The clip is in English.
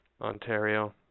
Ontario